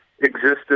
existed